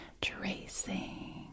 tracing